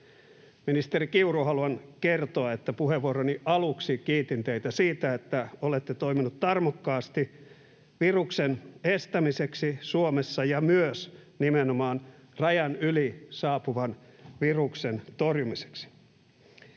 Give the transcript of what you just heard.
Ministeri Kiuru, haluan kertoa, että puheenvuoroni aluksi kiitin teitä siitä, että olette toiminut tarmokkaasti viruksen estämiseksi Suomessa ja myös nimenomaan rajan yli saapuvan viruksen torjumiseksi.